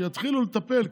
שיתחילו לטפל,